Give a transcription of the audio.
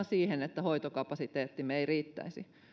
siihen että hoitokapasiteettimme ei riittäisi